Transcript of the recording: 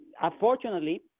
unfortunately